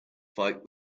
fight